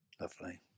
Lovely